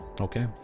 Okay